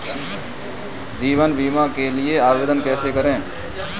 जीवन बीमा के लिए आवेदन कैसे करें?